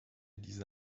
diese